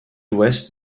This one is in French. ouest